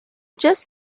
just